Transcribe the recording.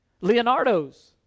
Leonardo's